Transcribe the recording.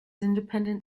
independent